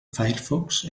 firefox